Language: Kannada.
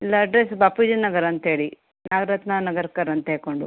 ಇಲ್ಲ ಅಡ್ರೆಸ್ ಬಾಪೂಜಿ ನಗರ ಅಂತ ಹೇಳಿ ನಾಗರತ್ನ ನಗರ್ಕರ್ ಅಂತ ಹೇಳ್ಕೊಂಡು